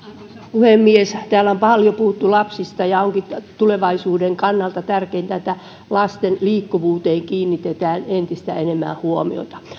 puhemies täällä on paljon puhuttu lapsista ja onkin tulevaisuuden kannalta tärkeintä että lasten liikkuvuuteen kiinnitetään entistä enemmän huomiota